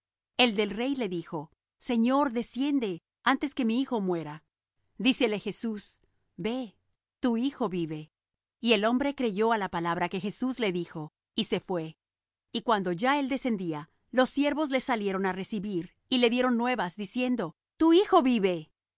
el del rey le dijo señor desciende antes que mi hijo muera dícele jesús ve tu hijo vive y el hombre creyó á la palabra que jesús le dijo y se fué y cuando ya él descendía los siervos le salieron á recibir y le dieron nuevas diciendo tu hijo vive